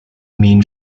mean